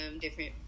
different